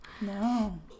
No